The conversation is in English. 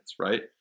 right